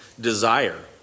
desire